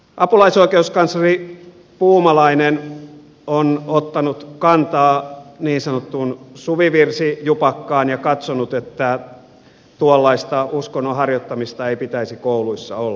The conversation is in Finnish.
apulaisoikeuskansleri puumalainen on ottanut kantaa niin sanottuun suvivirsijupakkaan ja katsonut että tuollaista uskonnon harjoittamista ei pitäisi kouluissa olla